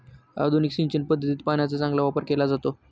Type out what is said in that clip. आधुनिक सिंचन पद्धतीत पाण्याचा चांगला वापर केला जातो